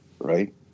Right